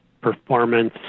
performance